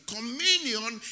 Communion